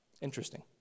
Interesting